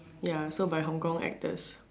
ya so by Hong-Kong actors